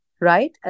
right